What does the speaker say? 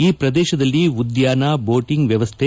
ಈ ಪ್ರದೇಶದಲ್ಲಿ ಉದ್ಯಾನ ಬೋಟಿಂಗ್ ವ್ಯವಸ್ಥೆ